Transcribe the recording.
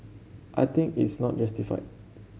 I think is not justified